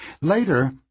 Later